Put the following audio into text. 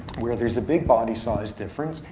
where there's a big body size difference,